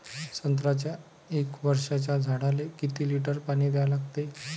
संत्र्याच्या एक वर्षाच्या झाडाले किती लिटर पाणी द्या लागते?